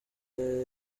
intambara